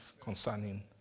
concerning